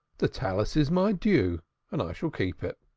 the talith is my due and i shall keep it.